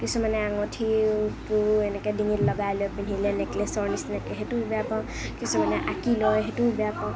কিছুমানে আঙুঠিটোও এনেকে ডিঙিত লগাই লৈ পিন্ধিলে নেকলেছৰ নিচিনাকে সেইটো বেয়া পাওঁ কিছুমানে আঁকি লয় সেইটোও বেয়া পাওঁ